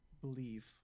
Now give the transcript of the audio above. believe